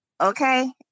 Okay